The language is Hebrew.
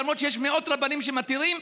למרות שיש מאות רבנים שמתירים,